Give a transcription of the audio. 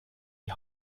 die